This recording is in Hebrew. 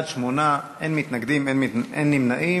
בעד, 8, אין מתנגדים, אין נמנעים.